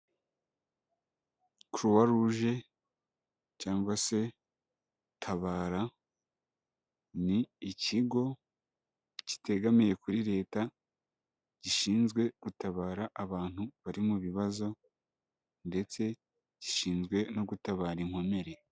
Croix rouge cyangwa se tabara ni ikigo kitegamiye kuri Leta gishinzwe gutabara abantu bari mu bibazo ndetse gishinzwe no gutabara inkomere